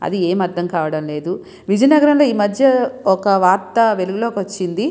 అది ఏమి అర్ధం కావడం లేదు విజయనగరంలో ఈ మధ్య ఒక వార్త వెలుగులోకి వచ్చింది